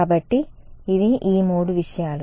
కాబట్టి ఇవి ఈ మూడు విషయాలు